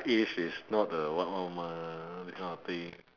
age is not the what what [one] mah that kind of thing